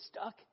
stuck